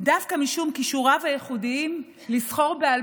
דווקא משום כישוריו הייחודיים לזכור בעל